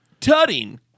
Tutting